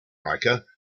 riker